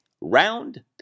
round